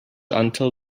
until